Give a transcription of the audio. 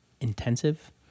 intensive